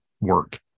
work